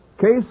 case